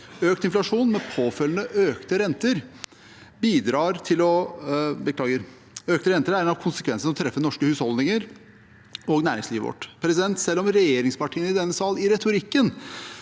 (andre dag) 163 følgende økte renter er en av konsekvensene som treffer norske husholdninger og næringslivet vårt. Selv om regjeringspartiene i denne sal i retorikken